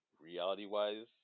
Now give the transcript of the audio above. reality-wise